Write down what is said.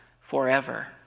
forever